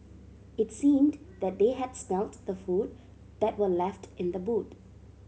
it seemed that they had smelt the food that were left in the boot